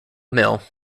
mill